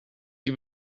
die